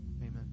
amen